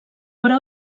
però